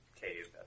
cave